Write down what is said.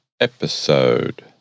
episode